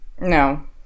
No